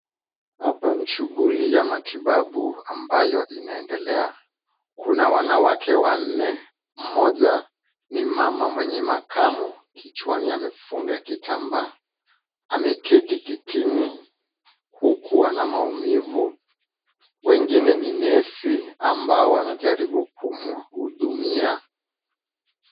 Hapa ni shughuli ya matibabu ambayo inaendelea. Kuna wanawake wanne, mmoja ni mama mwenye makamo, kichwani amefunga kitambaa. Ameketi kitini huku ana maumivu, wengine ni nesi ambao wanajaribu kumhudumia.